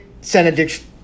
Senate